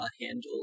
handles